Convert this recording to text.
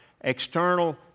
external